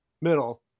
Middle